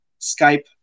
Skype